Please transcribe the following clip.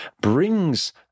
brings